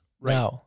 Right